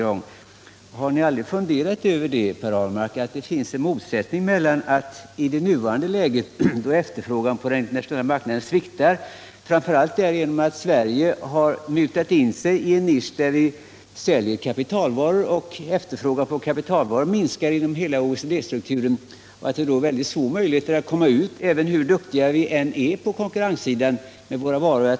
Har Per Ahlmark aldrig funderat över att det finns en motsättning däremellan i nuvarande läge med sviktande internationell efterfrågan? Sverige har mutat in en ”nisch”, som består av försäljning av kapitalvaror. Eftersom efterfrågan på dessa varor i det nuvarande krisläget minskar inom hela OECD-området, är det mycket små möjligheter att nå några resultat på den vägen, hur duktiga vi än är konkurrensmässigt.